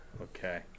Okay